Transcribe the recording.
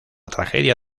tragedia